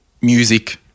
music